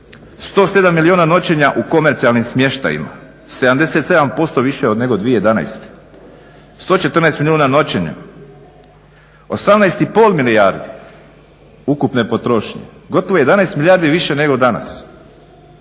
107 milijuna noćenja u komercijalnih smještajima. 77% više nego 2011., 114 milijuna noćenja, 18 i pol milijardi ukupne potrošnje. Gotovo 11 milijardi više nego danas.